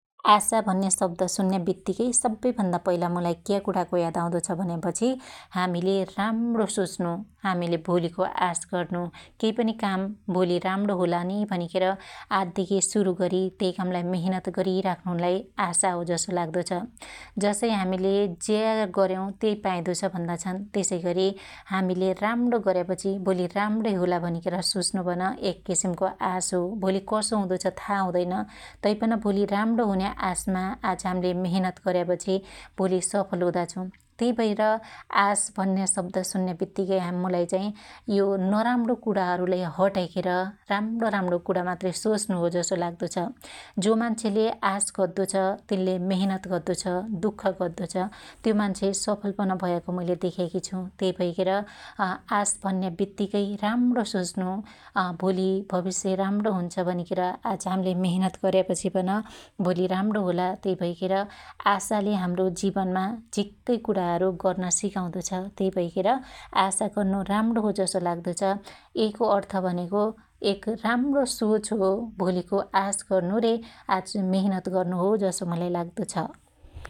आशा भन्या शब्द सुन्या बित्तिकै सब्बै भन्दा पहिला मुलाई क्या कुणाको याद आउदो छ भन्यापछि हामिले हामिले राम्णो सोच्नु हामिले भोलीको आश गर्नु केइ पनि काम भोली राम्णो होला नी भनिखेर आज देखी सुरु गरी त्यइ कामलाई मिहेनेत गरीराख्नु लाई आशा हो जसो लाग्दो छ । जसै हामिले ज्या गर्याउ त्यइ पाइदो छ भन्दा छन त्यसैगी हामिले राम्णो गर्यापछि भोली राम्णै होला भनिखेर सोच्नु पन एक किसिमको आश हो । भोली कसो हुदो छ था हुदैन तैपनि भो राम्णो हुन्या आशमा आज हाम्ले मिहनत गर्यापछि भोली सफल हुदा छु । तैभएर आश भन्या शब्द शुन्या बित्तीकै हामुलाई चाइ यो नराम्णो कुराहरुलाई हटाई खेर राम्णो राम्णो कुणामात्रै सोच्नु हो जसो लाग्दो छ । जो मान्छेले आश गद्दो छ तिनले मेहेनत गद्दो छ, दुख गद्दो छ । त्यो मान्छे सफल पन भयाको मैल मुईले देक्याकी छु । त्यै भैखेर आश भन्या बित्तीकै राम्णो सोच्नु अ भोली भबिश्य राम्णो हुन्छ भनिखेर आज हामीले हाम्ले मिहनत गर्यापछि पन भोली राम्णो होला त्यै भैखेर आशाले हाम्रो जिवनमा झिक्कै कुणाहरु गर्न सिकाउदो छ । त्यै भैखेर आशा गर्नु राम्णो हो जसो लाग्दो छ । यैको अर्थ भन्याकै एक राम्णो सोच हो ऽ भोलीको आश गर्नु रे आच मेहेनत गर्नु हो जसो मुलाई लाग्दो छ ।